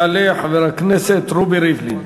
יעלה חבר הכנסת רובי ריבלין,